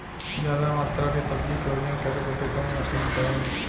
ज्यादा मात्रा के सब्जी के वजन करे बदे कवन मशीन चाही?